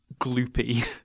gloopy